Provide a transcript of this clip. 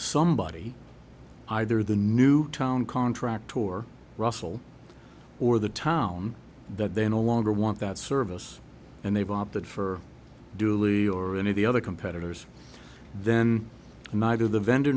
somebody either the new town contract or russell or the town that they no longer want that service and they've opted for dooley or any of the other competitors then neither the vendor